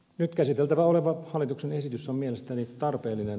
nyt käsiteltävänä oleva hallituksen esitys on mielestäni tarpeellinen